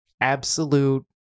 absolute